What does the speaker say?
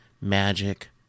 magic